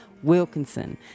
Wilkinson